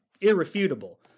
irrefutable